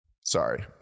sorry